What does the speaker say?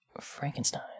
Frankenstein